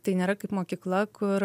tai nėra kaip mokykla kur